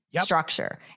structure